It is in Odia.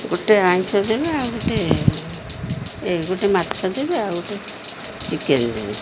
ଗୋଟେ ଆମିଷ ଦେବେ ଆଉ ଗୋଟେ ଏ ଗୋଟେ ମାଛ ଦେବେ ଆଉ ଗୋଟେ ଚିକେନ୍ ଦେବେ